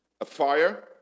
afire